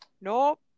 nope